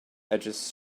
edges